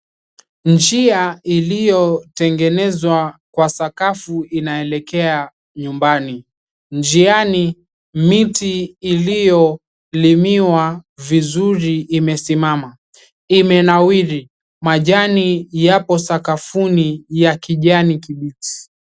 Njia iliyotengenezwa kwa sakafu inaelekea nyumbani. Njiani, miti iliyolimiwa vizuri imesimama. Imenawiri, majani yapo sakafuni ya kijani kibichi.